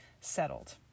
settled